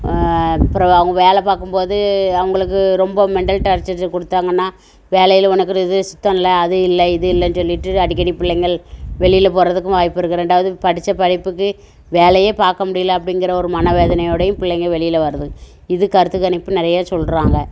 அப்புறம் அவங்க வேலை பார்க்கும் போது அவங்களுக்கு ரொம்ப மெண்டல் டார்ச்சரு கொடுத்தாங்கன்னா வேலையில் உனக்கு ஒரு இது சுத்தம் இல்லை அது இல்லை இது இல்லைன்னு சொல்லிட்டு அடிக்கடி பிள்ளைங்கள் வெளியில் போகிறதுக்கும் வாய்ப்பு இருக்குது ரெண்டாவது படித்த படிப்புக்கு வேலை பார்க்க முடியல அப்படிங்குற ஒரு மன வேதனையோடயும் பிள்ளைங்க வெளியில் வருது இது கருத்து கணிப்பு நிறைய சொல்கிறாங்க